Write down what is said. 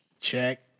check